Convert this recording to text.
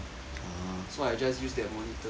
so I just use that monitor